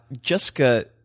Jessica